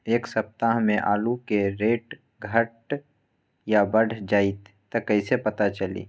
एक सप्ताह मे आलू के रेट घट ये बढ़ जतई त कईसे पता चली?